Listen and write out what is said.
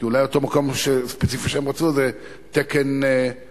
כי אולי אותו מקום ספציפי שהם רצו זה תקן נרכש,